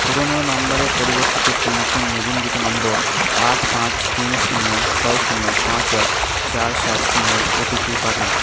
পুরোনো নাম্বারে পরিবর্তিত একটি নতুন নিবন্ধিত নম্বর আট পাঁচ তিন শূন্য ছয় শূন্য পাঁচ এক চার সাত শূন্যর ওটিপি পাঠান